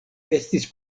estis